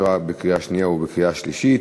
התשע"ה 2014,